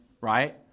right